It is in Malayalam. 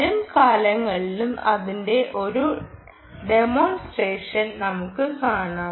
വരും കാലങ്ങളിലും അതിന്റെ ഒരു ഡമോൺസ്ട്രേഷൻ നമുക്ക് നോക്കാം